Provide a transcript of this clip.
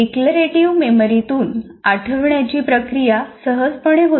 declarative मेमरीतुन आठवण्याची प्रक्रिया सह्जपणे होते